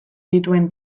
dituen